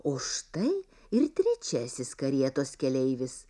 o štai ir trečiasis karietos keleivis